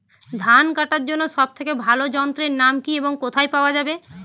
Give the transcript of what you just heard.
ধান কাটার জন্য সব থেকে ভালো যন্ত্রের নাম কি এবং কোথায় পাওয়া যাবে?